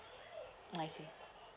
I see